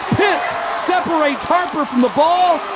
pitts separates harper from the ball.